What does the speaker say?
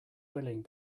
willing